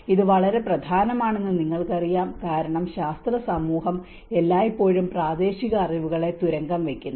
ഇത് വളരെ പ്രധാനമാണെന്ന് നിങ്ങൾക്കറിയാം കാരണം ശാസ്ത്ര സമൂഹം എല്ലായ്പ്പോഴും പ്രാദേശിക അറിവുകളെ തുരങ്കം വയ്ക്കുന്നു